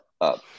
up